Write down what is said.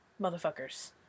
motherfuckers